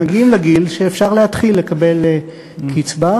מגיעים לגיל שאפשר להתחיל לקבל קצבה,